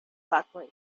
buckley